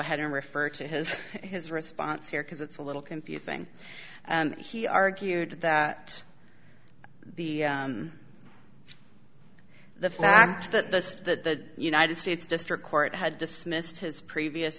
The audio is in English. ahead and refer to his his response here because it's a little confusing and he argued that the the fact that the united states district court had dismissed his previous